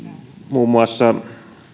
muun muassa